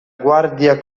guardia